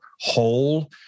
whole